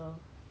oh shit